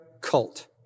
cult